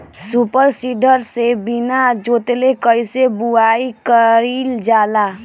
Super seeder से बीना जोतले कईसे बुआई कयिल जाला?